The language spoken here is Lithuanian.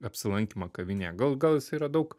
apsilankymą kavinėje gal gal jis yra daug